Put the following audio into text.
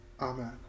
Amen